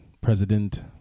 President